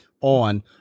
on